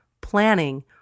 planning